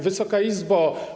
Wysoka Izbo!